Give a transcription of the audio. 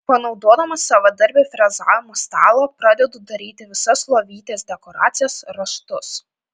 panaudodamas savadarbį frezavimo stalą pradedu daryti visas lovytės dekoracijas raštus